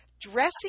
dressing